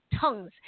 tongues